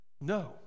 No